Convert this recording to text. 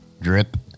drip